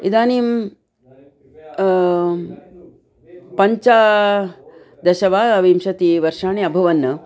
इदानीं पञ्चादश वा विंशतिवर्षाणि अभवन्